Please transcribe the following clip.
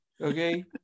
okay